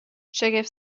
شگفت